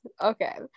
Okay